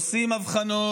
עמים ומדינות עושים הבחנות,